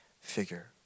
figure